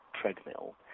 treadmill